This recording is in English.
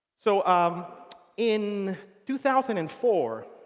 so um in two thousand and four,